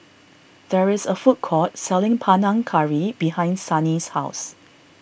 there is a food court selling Panang Curry behind Sannie's house